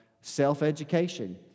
self-education